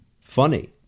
funny